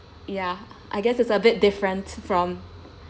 ya I guess it's a bit different from